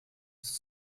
ist